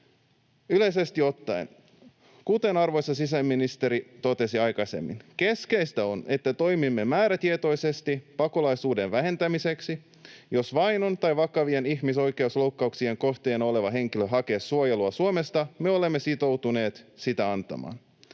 Yleisesti ottaen, kuten arvoisa sisäministeri totesi aikaisemmin, keskeistä on, että toimimme määrätietoisesti pakolaisuuden vähentämiseksi. Jos vainon tai vakavien ihmisoikeusloukkauksien kohteena oleva henkilö hakee suojelua Suomesta, me olemme sitoutuneet sitä antamaan.